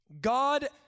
God